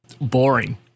boring